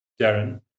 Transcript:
Darren